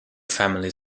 family